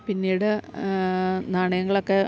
പിന്നീട് നാണയങ്ങളൊക്കെ